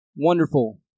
Wonderful